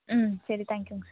ம் சரி தேங்க்யூங்க